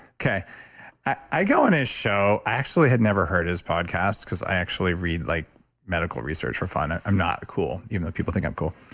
i go on his show, i actually had never heard his podcast because i actually read like medical research for fun. i'm not cool, even though people think i'm cool.